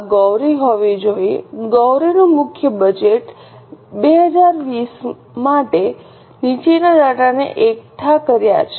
આ ગૌરી હોવી જોઈએ ગૌરીનું મુખ્ય બજેટ અને 2020 માટે નીચેના ડેટાને એકઠા કર્યા છે